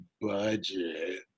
budget